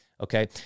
Okay